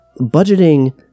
Budgeting